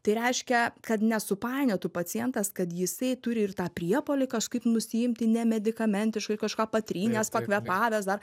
tai reiškia kad nesupainiotų pacientas kad jisai turi ir tą priepuolį kažkaip nusiimti nemedikamentiškai kažką patrynęs pakvėpavę dar